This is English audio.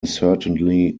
certainly